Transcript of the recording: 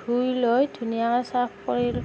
ধুই লৈ ধুনীয়াকে চাফ কৰি